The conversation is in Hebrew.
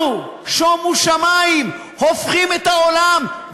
אנחנו, שומו שמים, הופכים את העולם.